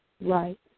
right